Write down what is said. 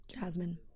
jasmine